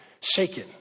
shaken